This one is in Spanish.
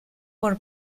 por